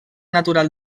natural